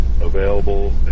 available